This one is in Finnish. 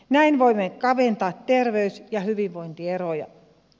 näin voimme kaventaa terveys ja hyvinvointieroja